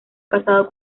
casado